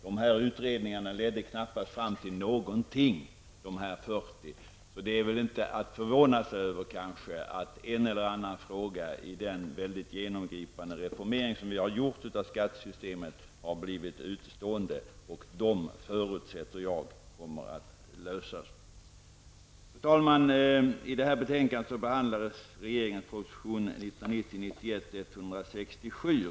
Dessa utredningar ledde knappast fram till någonting, så det är väl inget att förvåna sig över att en eller annan fråga i den väldigt genomgripande reformering, som vi har gjort av skattesystemet, har blivit utestående. Jag förutsätter att de kommer att lösas. Fru talman! I det här betänkandet behandlas regeringens prop. 1990/91:167.